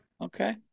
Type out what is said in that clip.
Okay